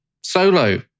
solo